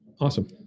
Awesome